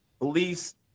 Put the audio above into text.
police